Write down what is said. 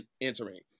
entering